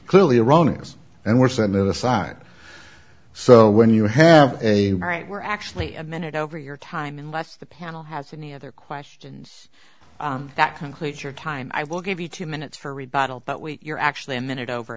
clearly erroneous and we're set aside so when you have a right we're actually a minute over your time unless the panel has any other questions that concludes your time i will give you two minutes for rebuttal but wait you're actually a minute over